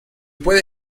puede